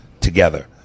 together